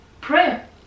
prayer